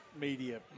media